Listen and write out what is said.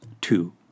Two